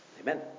Amen